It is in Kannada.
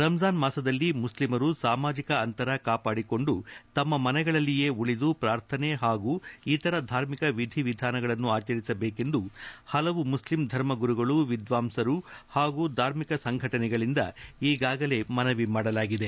ರಂಜಾನ್ ಮಾಸದಲ್ಲಿ ಮುಸ್ಲಿಮರು ಸಾಮಾಜಿಕ ಅಂತರ ಕಾಪಾಡಿಕೊಂಡು ತಮ್ನ ಮನೆಗಳಲ್ಲಿಯೇ ಉಳಿದು ಪೂರ್ಥನೆ ಹಾಗೂ ಇತರ ಧಾರ್ಮಿಕ ವಿಧಿವಿಧಾನಗಳನ್ನು ಆಚರಿಸಬೇಕೆಂದು ಹಲವು ಮುಸ್ಲಿಂ ಧರ್ಮ ಗುರುಗಳು ವಿದ್ವಾಂಸರು ಹಾಗೂ ಧಾರ್ಮಿಕ ಸಂಘಟನೆಗಳಿಂದ ಈಗಾಗಲೇ ಮನವಿ ಮಾಡಲಾಗಿದೆ